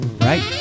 right